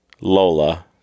Lola